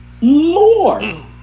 more